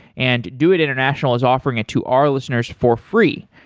and doit international is offering it to our listeners for free.